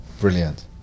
Brilliant